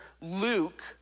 Luke